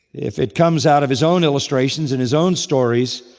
if it comes out of his own illustrations and his own stories,